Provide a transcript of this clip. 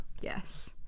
yes